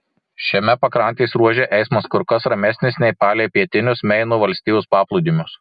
šiame pakrantės ruože eismas kur kas ramesnis nei palei pietinius meino valstijos paplūdimius